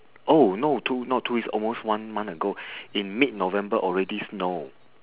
oh no two not two weeks almost one month ago in mid november already snow